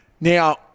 Now